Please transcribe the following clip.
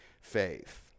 faith